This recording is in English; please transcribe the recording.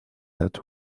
hat